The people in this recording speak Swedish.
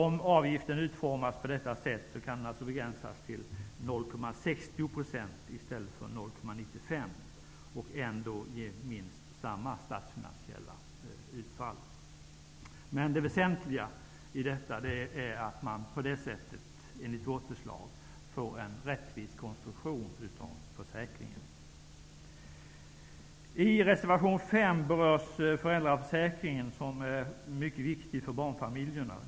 Om avgiften utformas på detta sätt, kan den begränsas till 0,60 % i stället för 0,95 % och ändå ge minst samma statsfinansiella utfall. Det väsentliga i detta är att man på det sättet enligt vårt förslag får en rättvis konstruktion av försäkringen. I reservation 5 berörs föräldraförsäkringen, som är mycket viktig för barnfamiljerna.